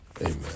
Amen